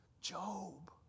Job